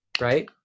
Right